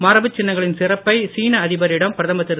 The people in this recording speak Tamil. மரபுச் சின்னங்களின் சிறப்பை சீன அதிபரிடம் பிரதமர் திரு